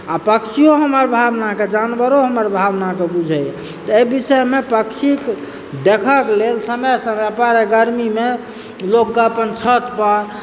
आ पक्षियो हमर भावना कऽ जानवरो हमर भावना कऽ बुझैए तऽएहि विषयमे पक्षीक देखब लेल समय समय पर गर्मीमे लोक कऽ अपन छत पर